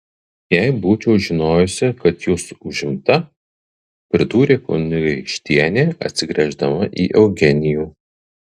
jei būčiau žinojusi kad jūs užimta pridūrė kunigaikštienė atsigręždama į eugenijų